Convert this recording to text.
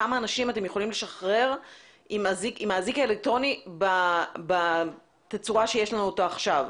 כמה אנשים אתם יכולים לשחרר עם אזיק אלקטרוני בצורה שיש לנו אותו היום.